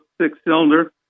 six-cylinder